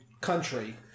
country